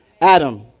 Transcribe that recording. Adam